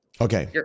okay